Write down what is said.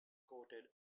coated